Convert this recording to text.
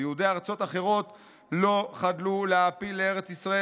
ויהודי ארצות אחרות לא חדלו להעפיל לארץ ישראל,